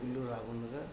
తెగులు రాకుండగా